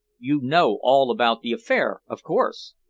you know all about the affair, of course?